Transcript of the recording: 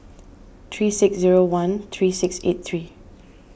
three six zero one three six eight three